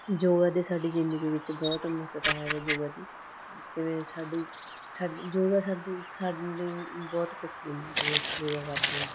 ਯੋਗਾ ਦੇ ਸਾਡੀ ਜ਼ਿੰਦਗੀ ਵਿੱਚ ਬਹੁਤ ਮਹੱਤਤਾ ਹੈ ਯੋਗਾ ਦੀ ਜਿਵੇਂ ਸਾਡੀ ਸਾਡੀ ਯੋਗਾ ਸਾਡੀ ਸਾਡੀ ਬਹੁਤ ਕੁਛ ਦਿੰਦਾ ਜਿਵੇਂ ਅਸੀਂ ਯੋਗਾ ਕਰਦੇ ਹਾਂ